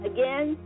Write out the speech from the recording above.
Again